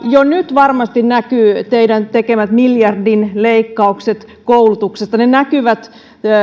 jo nyt varmasti näkyvät teidän tekemänne miljardin leikkaukset koulutuksesta ne näkyvät